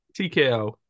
tko